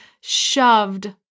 shoved